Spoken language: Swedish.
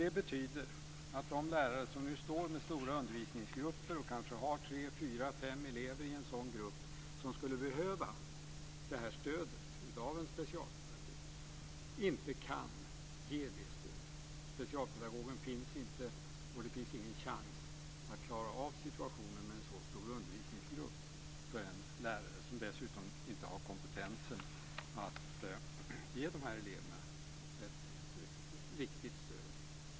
Det betyder att de lärare som nu står med stora undervisningsgrupper och kanske har tre, fyra eller fem elever i en sådan grupp som skulle behöva det här stödet av en specialpedagog inte kan ge det stödet. Specialpedagogen finns inte och det finns ingen chans att klara av situationen med en så stor undervisningsgrupp för en lärare - som dessutom inte har kompetensen att ge de här eleverna ett riktigt stöd.